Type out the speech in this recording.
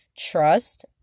Trust